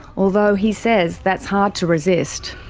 although he says that's hard to resist.